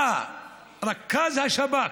בא רכז השב"כ,